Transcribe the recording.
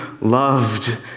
loved